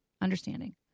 understanding